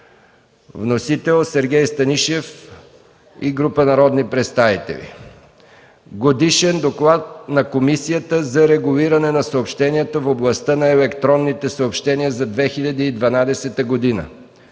Вносители – Сергей Станишев и група народни представители; - Годишен доклад на Комисията за регулиране на съобщенията в областта на електронните съобщения за 2012 г.